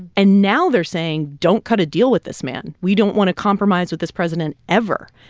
and now they're saying, don't cut a deal with this man. we don't want to compromise with this president ever.